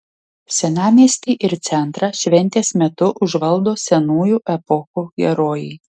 senamiestį ir centrą šventės metu užvaldo senųjų epochų herojai